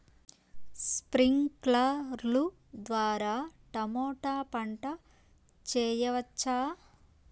స్ప్రింక్లర్లు ద్వారా టమోటా పంట చేయవచ్చా?